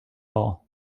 all